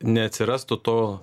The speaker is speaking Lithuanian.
neatsirastų to